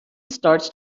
starts